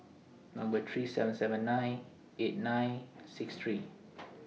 Number three seven seven nine eight nine six three